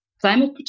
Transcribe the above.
climate